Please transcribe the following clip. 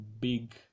Big